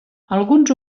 alguns